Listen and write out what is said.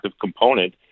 component